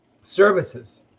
services